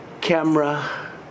camera